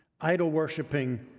idol-worshiping